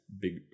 big